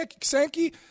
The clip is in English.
Sankey